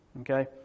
okay